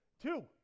Two